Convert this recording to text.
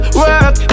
work